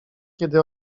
kiedy